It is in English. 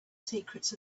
secrets